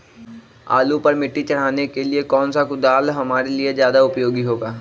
आलू पर मिट्टी चढ़ाने के लिए कौन सा कुदाल हमारे लिए ज्यादा उपयोगी होगा?